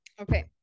okay